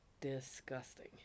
Disgusting